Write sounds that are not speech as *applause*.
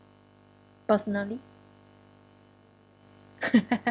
personally *laughs*